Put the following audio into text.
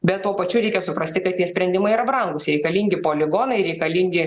bet tuo pačiu reikia suprasti kad tie sprendimai yra brangūs reikalingi poligonai reikalingi